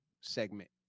segment